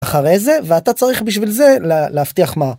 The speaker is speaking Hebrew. אחרי זה ואתה צריך בשביל זה להבטיח מה